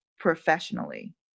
professionally